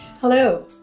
Hello